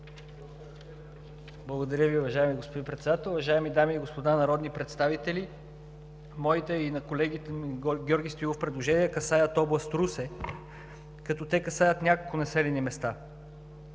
Благодаря Ви, уважаеми господин Председател. Уважаеми дами и господа народни представители, моите и на колегата Георги Стоилов предложения касаят област Русе и касаят няколко населени места.